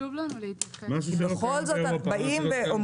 משהו שלא קיים באירופה אנחנו לא צריכים בישראל.